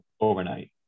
overnight